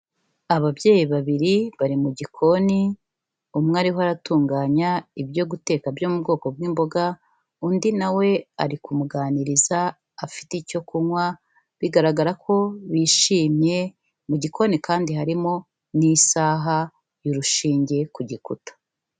Ababyeyi babiri bari mu gikoni umwe ariho ara atunganya ibyo guteka byo mu bwoko bw'imboga, undi nawe ari kumuganiriza afite icyo kunywa, bigaragara ko bishimye, mu gikoni kandi harimo n'isaha y'urushinge ku gikuta.